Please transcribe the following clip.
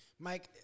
Mike